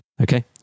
Okay